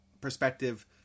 perspective